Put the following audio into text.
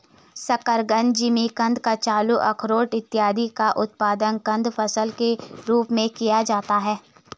शकरकंद, जिमीकंद, कचालू, आरारोट इत्यादि का उत्पादन कंद फसल के रूप में किया जाता है